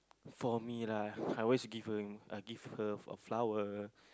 for me lah I always give her uh give her a flower